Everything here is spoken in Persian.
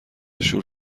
شور